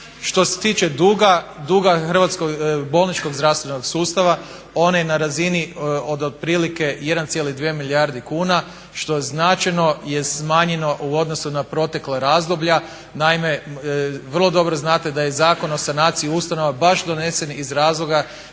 Što se tiče duga hrvatskog bolničkog zdravstvenog sustava on je na razini od otprilike 1,2 milijarde kuna, što značajno je smanjeno u odnosu na protekla razdoblja. Naime, vrlo dobro znate da je Zakon o sanaciji ustanova baš donesen iz razloga